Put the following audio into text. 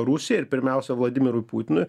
rusijai ir pirmiausia vladimirui putinui